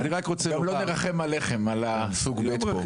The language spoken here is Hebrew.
לא נרחם עליכם, על סוג ב' פה.